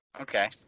Okay